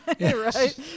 right